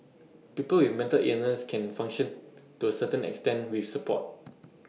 people with mental illness can function to A certain extent with support